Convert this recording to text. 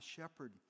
shepherd